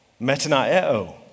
Metanaeo